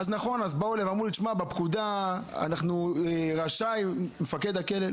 אז אמרו לי, בפקודה רשאי מפקד הכלא.